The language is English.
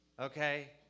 okay